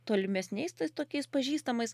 tolimesniais tai tokiais pažįstamais